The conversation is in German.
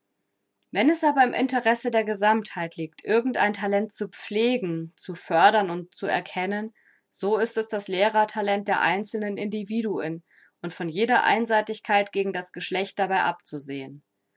wenn es aber im interesse der gesammtheit liegt irgend ein talent zu pflegen zu fördern und zu erkennen so ist es das lehrtalent der einzelnen individuen und von jeder einseitigkeit gegen das geschlecht dabei abzusehen